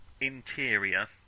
interior